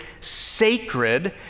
sacred